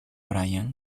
bryan